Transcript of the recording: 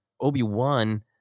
obi-wan